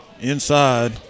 inside